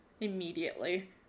immediately